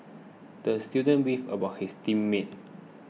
the student beefed about his team mates